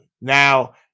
now